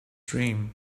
dream